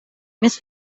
més